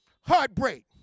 Heartbreak